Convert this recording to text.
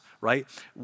right